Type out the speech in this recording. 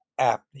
apnea